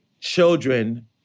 children